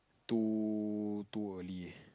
too too early